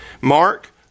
Mark